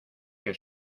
que